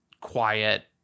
quiet